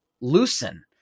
loosen